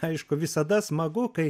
aišku visada smagu kai